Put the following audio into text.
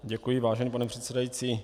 Děkuji, vážený pane předsedající.